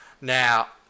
Now